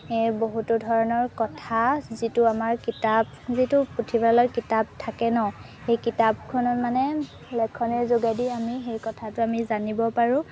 এই বহুতো ধৰণৰ কথা যিটো আমাৰ কিতাপ যিটো পুথিভঁৰালৰ কিতাপ থাকে ন সেই কিতাপখনত মানে লিখনিৰ যোগেদি আমি সেই কথাটো আমি জানিব পাৰোঁ